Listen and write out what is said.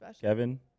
Kevin